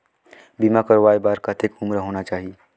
बीमा करवाय बार कतेक उम्र होना चाही?